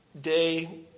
day